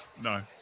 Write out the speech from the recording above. No